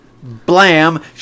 Blam